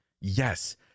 Yes